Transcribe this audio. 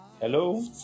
hello